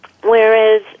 Whereas